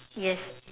yes